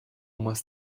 muss